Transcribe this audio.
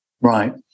Right